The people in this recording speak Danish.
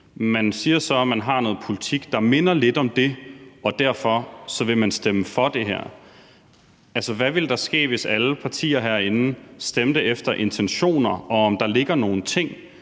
så siger man, at man har noget politik, der minder lidt om det, og at man derfor vil stemme for det her. Altså, hvad ville der ske, hvis alle partier herinde stemte efter intentioner og efter, om der ligger nogle ting,